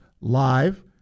live